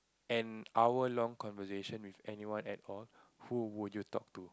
an hour long conversation with anyone at all who would you talk to